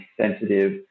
sensitive